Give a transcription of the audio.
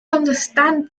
understand